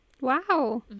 Wow